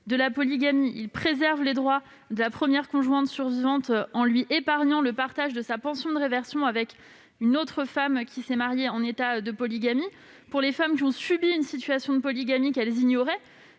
de la polygamie. Il vise à préserver les droits de la première conjointe survivante en lui épargnant le partage de sa pension de réversion avec une autre femme mariée dans une situation de polygamie. Pour ce qui concerne les femmes ayant subi une situation de polygamie qu'elles ignoraient,